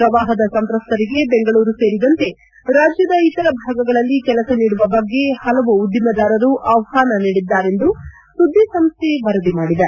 ಪ್ರವಾಹದ ಸಂತ್ರಸ್ತರಿಗೆ ಬೆಂಗಳೂರು ಸೇರಿದಂತೆ ರಾಜ್ಯದ ಇತರ ಭಾಗಗಳಲ್ಲಿ ಕೆಲಸ ನೀಡುವ ಬಗ್ಗೆ ಹಲವು ಉದ್ವಿಮೆದಾರರು ಆಷ್ಟಾನ ನೀಡಿದ್ದಾರೆಂದು ಸುದ್ವಿಸಂಸ್ತ ವರದಿ ಮಾಡಿದೆ